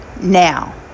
now